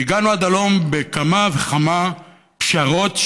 והגענו עד הלום בכמה וכמה פשרות,